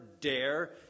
dare